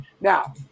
Now